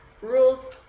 rules